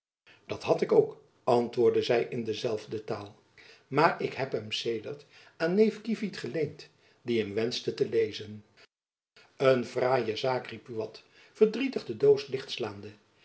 dat had ik ook antwoordde zy in dezelfde taal maar ik heb hem sedert aan neef kievit geleend die hem wenschte te lezen een fraaie zaak riep buat verdrietig de doos